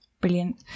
brilliant